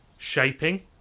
shaping